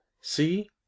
see